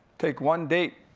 take one date,